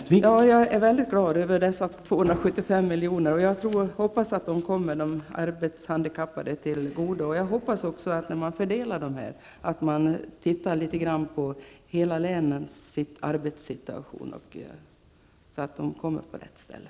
Herr talman! Jag är mycket glad över dessa 275 miljoner. Jag tror och hoppas att de kommer de arbetshandikappade till godo. Jag hoppas också att man tittar litet grand på hela länets arbetssituation när man fördelar dessa pengar så att de kommer till rätt ställe.